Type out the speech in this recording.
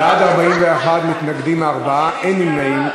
בעד, 41, מתנגדים, 4, אין נמנעים.